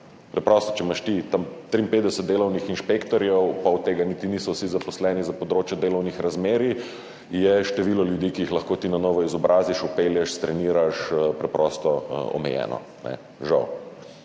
ti tam 53 delovnih inšpektorjev, pa od tega niti niso vsi zaposleni za področje delovnih razmerij, je število ljudi, ki jih lahko na novo izobraziš, vpelješ, treniraš, preprosto omejeno. Žal.